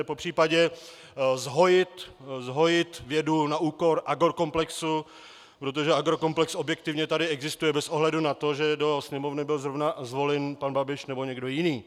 Popřípadě zhojit vědu na úkor agrokomplexu, protože agrokomplex objektivně tady existuje bez ohledu na to, že do Sněmovny byl zrovna zvolen pan Babiš nebo někdo jiný.